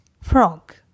frog